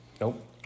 Nope